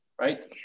right